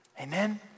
Amen